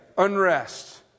Unrest